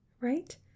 right